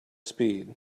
speed